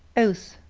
oath,